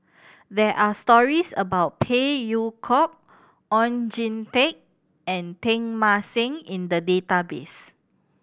there are stories about Phey Yew Kok Oon Jin Teik and Teng Mah Seng in the database